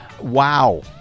wow